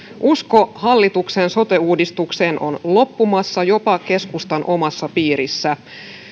usko hallituksen sote uudistukseen on loppumassa jopa keskustan omassa piirissä